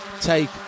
take